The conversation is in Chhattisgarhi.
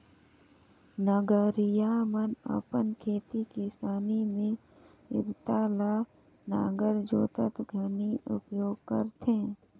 नगरिहा मन अपन खेती किसानी मे इरता ल नांगर जोतत घनी उपियोग करथे